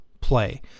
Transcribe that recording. play